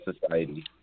Society